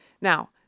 Now